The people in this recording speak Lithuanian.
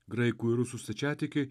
graikų ir rusų stačiatikiai